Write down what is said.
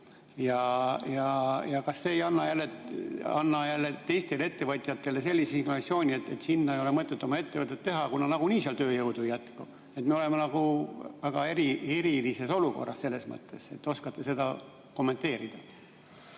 Kas see ei anna jälle teistele ettevõtjatele sellist signaali, et sinna ei ole mõtet oma ettevõtet teha, kuna nagunii seal tööjõudu ei jätku? Me oleme nagu väga erilises olukorras selles mõttes. Oskate seda kommenteerida?